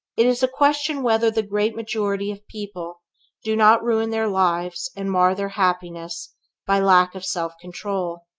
it is a question whether the great majority of people do not ruin their lives and mar their happiness by lack of self-control.